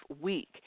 week